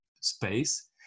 space